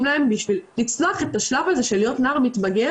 להם בשביל לצלוח את השלב הזה של להיות נער מתבגר,